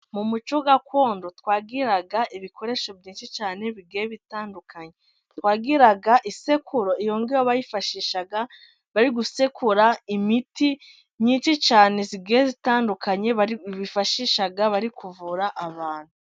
Mu muco gakondo twagiraga ibikoresho byinshi cyane bigiye bitandukanye. Twagiraga isekuru, iyo ngiyo bayifashishaga bari gusekura imiti nyinshi cyane igiye itandukanye, bifashishaga bari kuvura abantu.